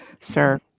sir